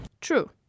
True